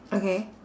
okay